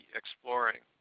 exploring